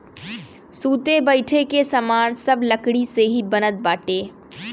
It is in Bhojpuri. सुते बईठे के सामान सब लकड़ी से ही बनत बाटे